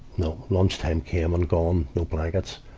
no lunchtime came and gone no blankets,